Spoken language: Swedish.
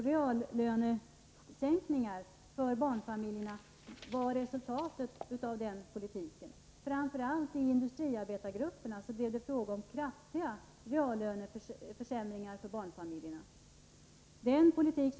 Reallönesänkningar för barnfamiljerna var resultatet av den politiken. Framför allt i industriarbetargrupperna blev det fråga om kraftiga reallöneförsämringar för barnfamiljerna.